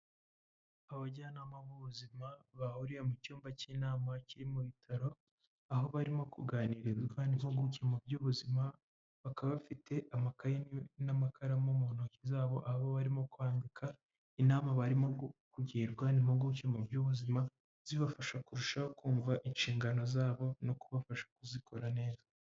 Abajyanama b'ubuzima bahuriye mu cyumba cy'inama kiri mu bitaro, aho barimo kuganirizwa n'impuguke mu by'ubuzima, bakaba bafite amakaye n'amakaramu mu ntoki zabo, aho barimo kwandika inama barimo kugirwa n'impuguke mu by'ubuzima, zibafasha kurushaho kumva inshingano zabo, no kubafasha kuzikora neza.